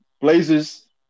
Blazers